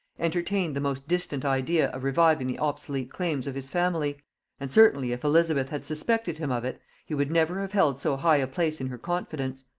entertained the most distant idea of reviving the obsolete claims of his family and certainly if elizabeth had suspected him of it, he would never have held so high a place in her confidence.